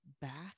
back